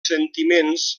sentiments